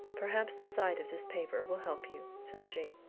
perhaps the sight of this paper will help you, said she.